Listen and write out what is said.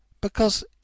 Because